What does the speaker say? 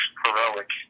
heroic